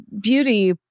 beauty